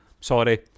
Sorry